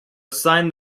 assign